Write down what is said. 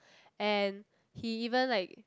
and he even like